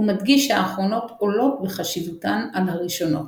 הוא מדגיש שהאחרונות עולות בחשיבותן על הראשונות.